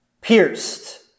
pierced